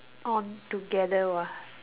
on together !wah!